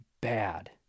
bad